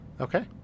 Okay